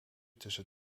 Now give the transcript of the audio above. tussen